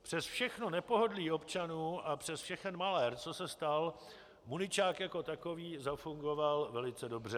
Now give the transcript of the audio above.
Přes všechno nepohodlí občanů a přes všechen malér, co se stal, muničák jako takový zafungoval velice dobře...